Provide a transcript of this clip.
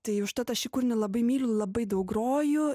tai užtat aš šį kūrinį labai myliu ir labai daug groju